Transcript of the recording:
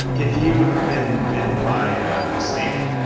if you have been bitten by a snake,